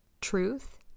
truth